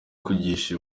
kwigisha